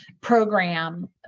program